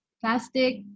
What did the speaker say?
plastic